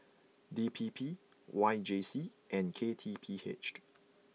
D P P Y J C and K T P H